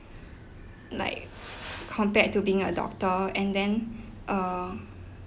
like compared to being a doctor and then err